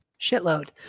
shitload